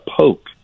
poke